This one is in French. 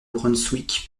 brunswick